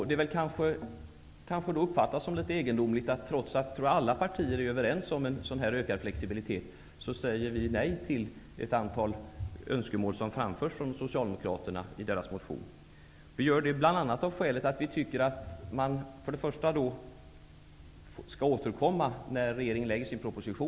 Det kan kanske uppfattas som egendomligt att utskottsmajoriteten säger nej till ett antal önskemål som Socialdemokraterna framfört i sin motion, trots att det föreligger enighet om det önskvärda i en ökad flexibilitet. Vi gör det bl.a. av det skälet att vi får tillfälle att återkomma när regeringen har framlagt sin proposition.